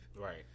Right